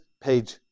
page